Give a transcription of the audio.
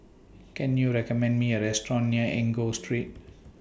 Can YOU recommend Me A Restaurant near Enggor Street